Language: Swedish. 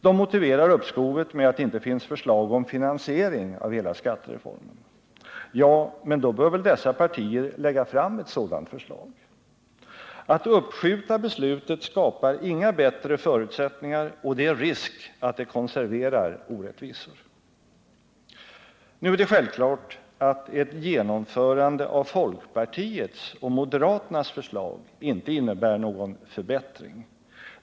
De motiverar uppskovet med att det inte finns förslag om finansiering av hela skattereformen. Ja, men då bör väl dessa partier lägga fram ett sådant förslag. Att uppskjuta beslutet skapar inga bättre förutsättningar, och det är risk att det konserverar orättvisor. Nu är det självklart att ett genomförande av folkpartiets och moderaternas förslag inte innebär någon förbättring.